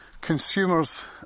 consumers